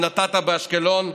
שנתת באשקלון,